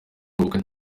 gukora